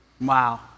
Wow